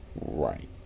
right